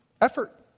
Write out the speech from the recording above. Effort